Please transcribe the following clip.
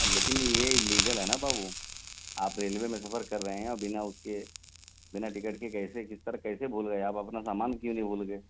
ہاں لیکن یہ اللیگل ہے نا بابو آپ ریلوے میں سفر کر رہے ہیں اور بنا اس کے بنا ٹکٹ کے کیسے کس طرح کیسے بھول گئے آپ اپنا سامان کیوں نہیں بھول گے